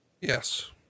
Yes